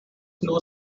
snow